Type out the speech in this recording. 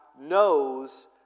knows